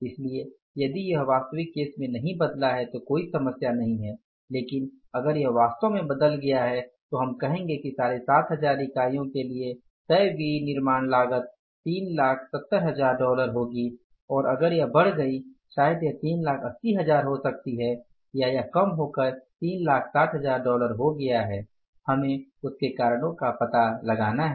इसलिए यदि यह वास्तविक केस में नहीं बदला है तो कोई समस्या नहीं है लेकिन अगर यह वास्तव में बदल गया है तो हम कहेंगे कि 7500 इकाइयों के लिए तय विनिर्माण लागत 370000 डॉलर होगी और अगर यह बढ़ गई शायद यह 380000 हो सकती है या यह कम होकर 360000 डॉलर हो गया है हम उसके कारणों का पता लगा सकते है